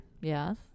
Yes